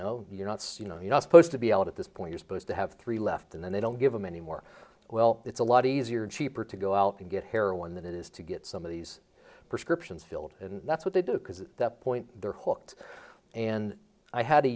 know you're not so you know you're not supposed to be out at this point you're supposed to have three left and then they don't give them anymore well it's a lot easier and cheaper to go out and get heroin than it is to get some of these prescriptions filled and that's what they do because at that point they're hawked and i had a